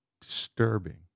disturbing